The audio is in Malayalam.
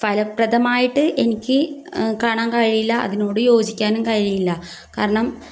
ഫലപ്രദമായിട്ട് എനിക്ക് കാണാൻ കഴിയില്ല അതിനോട് യോജിക്കാനും കഴിയില്ല കാരണം